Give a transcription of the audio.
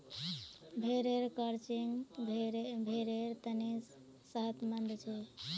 भेड़ेर क्रचिंग भेड़ेर तने सेहतमंद छे